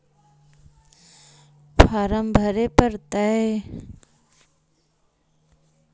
Farm भरे परतय?